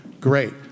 great